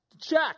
check